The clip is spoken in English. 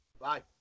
Bye